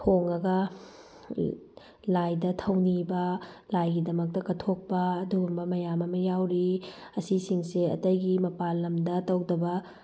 ꯊꯣꯡꯉꯒ ꯂꯥꯏꯗ ꯊꯧꯅꯤꯕ ꯂꯥꯏꯒꯤꯗꯃꯛꯇ ꯀꯠꯊꯣꯛꯄ ꯑꯗꯨꯒꯨꯝꯕ ꯃꯌꯥꯝ ꯑꯃ ꯌꯥꯎꯔꯤ ꯑꯁꯤꯁꯤꯡꯁꯦ ꯑꯇꯩꯒꯤ ꯃꯄꯥꯟ ꯂꯝꯗ ꯇꯧꯗꯕ